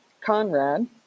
Conrad